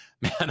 man